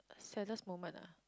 uh saddest moment ah